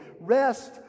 rest